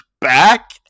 back